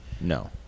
no